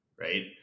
right